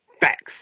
facts